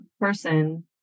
person